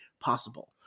possible